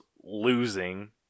losing